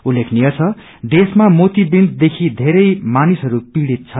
डललेखनीय छ देशमा मोतिया विन्ददेखि धेरै मानिसहरू पीड़ित छन्